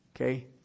Okay